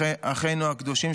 אחינו הקדושים,